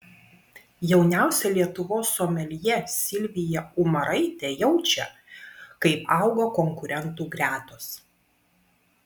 jauniausia lietuvos someljė silvija umaraitė jaučia kaip auga konkurentų gretos